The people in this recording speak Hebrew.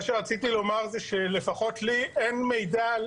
לפחות לי אין מידע,